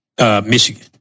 Michigan